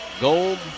Gold